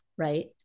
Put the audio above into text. Right